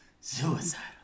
Suicidal